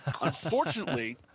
Unfortunately